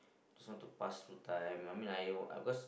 just want to pass through time I mean I I because